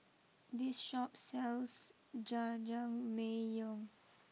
this Shop sells Jajangmyeon